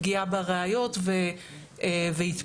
פגיעה בראיות והתפרעות.